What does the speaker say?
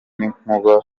n’inkuba